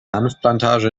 hanfplantage